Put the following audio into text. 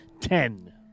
Ten